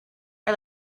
are